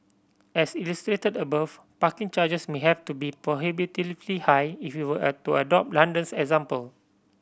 as illustrated above parking charges may have to be prohibitively high if we were a to adopt London's example